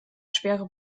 schwere